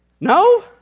No